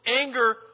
anger